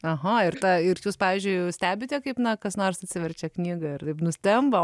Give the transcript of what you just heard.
aha ir tą ir jūs pavyzdžiui stebite kaip na kas nors atsiverčia knygą ir taip nustemba